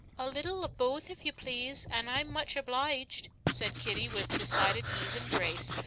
a little of both if you please, an' i'm much obliged, said kitty with decided ease and grace,